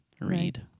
read